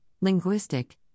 linguistic